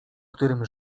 którym